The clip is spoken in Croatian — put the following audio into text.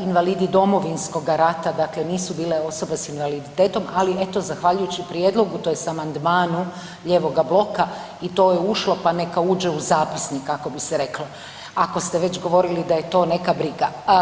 invalidi Domovinskoga rata, dakle nisu bile osobe s invaliditetom, ali eto zahvaljujući prijedlogu tj. amandmanu lijevoga bloka i to je ušlo, pa neka uđe u zapisnik kako bi se reklo ako ste već govorili da je to neka briga.